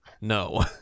No